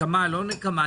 נקמה או לא נקמה.